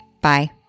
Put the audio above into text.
Bye